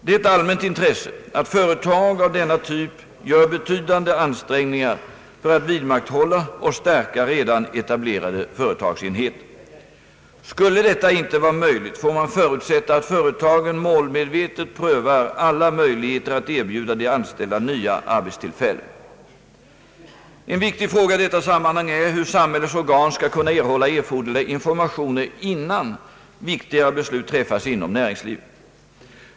Det är ett allmänt intresse att företag av denna typ gör betydande ansträngningar för att vidmakthålla och stärka redan etablerade företagsenheter. Skulle detta inte vara möjligt får man förutsätta att företagen målmedvetet prövar alla möjligheter att erbjuda de anställda nya arbetstillfällen. En viktig fråga i detta sammanhang är hur samhällets organ skall kunna erhålla erforderliga informationer innan viktigare beslut träffas inom näringslivet.